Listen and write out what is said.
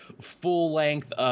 full-length